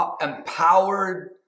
empowered